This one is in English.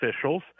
officials